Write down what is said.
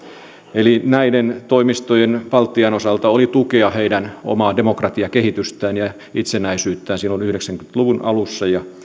eli näiden toimistojen tehtävä baltian osalta oli tukea heidän omaa demokratiakehitystään ja itsenäisyyttään silloin yhdeksänkymmentä luvun alussa ja